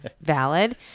valid